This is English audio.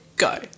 go